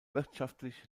wirtschaftlich